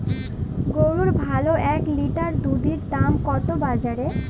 গরুর ভালো এক লিটার দুধের দাম কত বাজারে?